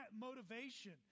motivation